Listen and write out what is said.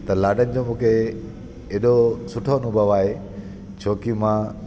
त लाॾनि जो मूंखे एॾो सुठो अनुभव आहे छोकी मां